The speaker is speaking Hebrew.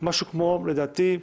משהו כמו, לדעתי,